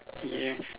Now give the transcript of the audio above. ya